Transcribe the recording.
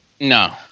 No